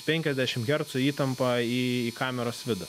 penkiasdešimt hercų įtampa į kameros vidų